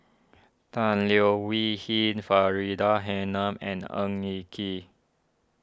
Tan Leo Wee Hin Faridah Hanum and Ng Eng Kee